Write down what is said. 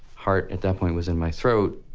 heart, at that point was in my throat.